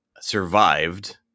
survived